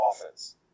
offense